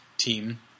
team